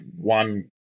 one